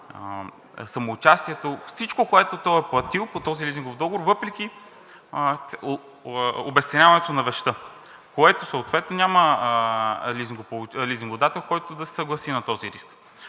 самоучастието, всичко, което той е платил по този лизингов договор, въпреки обезценяването на вещта, което съответно няма лизингодател, който да се съгласи на този риск.